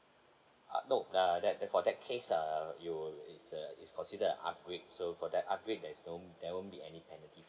uh no uh that that for that case uh you is a is considered an upgrade so for that upgrade there is no there won't be any penalty